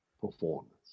performance